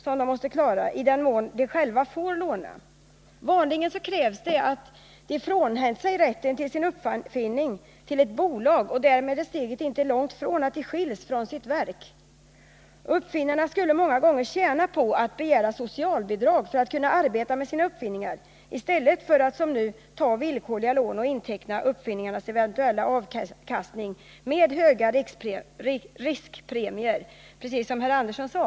Vanligen krävs att de skall frånhända sig rätten till sin uppfinning till ett bolag, och därmed är steget inte långt till att de skiljs från sitt verk. Uppfinnarna skulle många gånger tjäna på att begära socialbidrag för att kunna arbeta med sina uppfinningar, i stället för att som nu ta villkorliga lån och inteckna uppfinningarnas eventuella avkastning med höga riskpremier, som Sven Andersson sade.